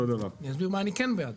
אני אסביר מה אני כן בעד,